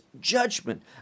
judgment